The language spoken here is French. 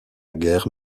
guerre